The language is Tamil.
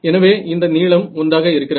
எனவே இந்த நீளம் 1 ஆக இருக்கிறது